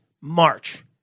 March